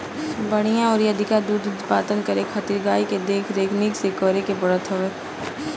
बढ़िया अउरी अधिका दूध उत्पादन करे खातिर गाई के देख रेख निक से करे के पड़त हवे